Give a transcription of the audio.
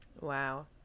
wow